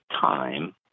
time